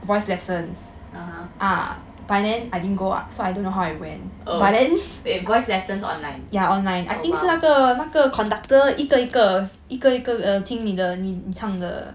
(uh huh) oh wait voice lessons online oh !wow!